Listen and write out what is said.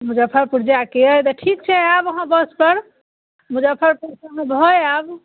मुजफ्फरपुर जाएके अइ तऽ ठीक छै आएब अहाँ बस पर मुजफ्फरपुरसँ हमहूँ भऽ आएब